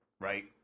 right